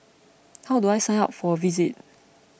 how do I sign up for a visit